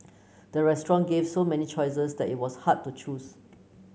the restaurant gave so many choices that it was hard to choose